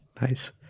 Nice